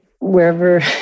Wherever